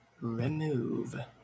Remove